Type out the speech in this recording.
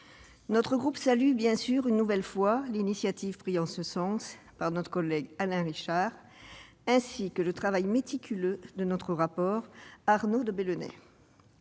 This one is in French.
Mon groupe salue bien sûr une nouvelle fois l'initiative prise par notre collègue Alain Richard, ainsi que le travail méticuleux de M. le rapporteur, Arnaud de Belenet.